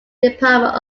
department